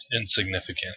insignificant